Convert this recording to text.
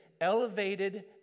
elevated